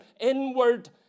inward